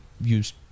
use